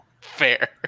Fair